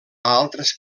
altres